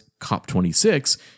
COP26